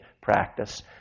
practice